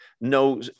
No